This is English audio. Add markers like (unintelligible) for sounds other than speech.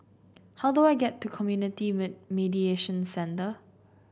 how do I get to Community (unintelligible) Mediation Centre